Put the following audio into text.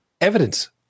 evidence